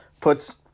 puts